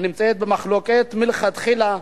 הנמצאת במחלוקת מלכתחילה,